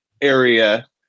area